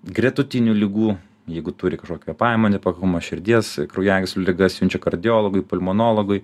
gretutinių ligų jeigu turi kažkokį kvėpavimo nepakankamumą širdies kraujagyslių ligas siunčia kardiologui pulmonologui